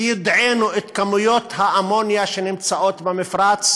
ביודענו את כמויות האמוניה שנמצאות במפרץ,